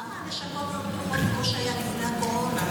למה הלשכות לא פתוחות כמו שהיה לפני הקורונה?